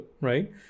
right